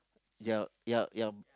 ya ya ya